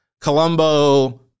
Colombo